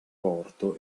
porto